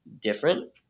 different